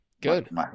good